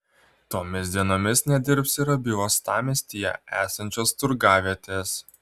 tomis dienomis nedirbs ir abi uostamiestyje esančios turgavietės